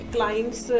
Clients